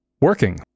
working